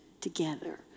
together